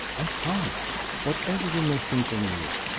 i can't. whatever you may think of me,